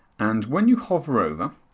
and when you hover over,